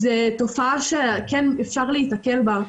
זו תופעה שאפשר להיתקל בה,